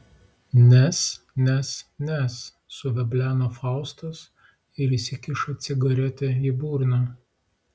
nes nes nes suveblena faustas ir įsikiša cigaretę į burną